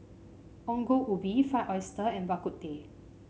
Ongol Ubi Fried Oyster and Bak Kut Teh